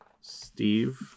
Steve